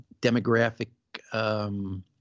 demographic